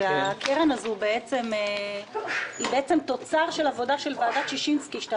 הקרן הזו היא בעצם תוצר של עבודה של ועדת ששינסקי אתה